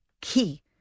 key